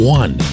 one